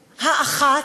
האחת,